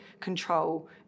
control